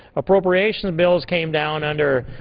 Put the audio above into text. appropriation bills came down under,